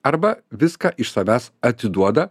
arba viską iš savęs atiduoda